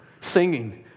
singing